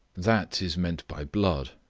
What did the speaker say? that is meant by blood,